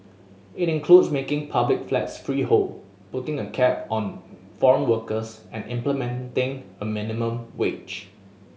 it includes making public flats freehold putting a cap on foreign workers and implementing a minimum wage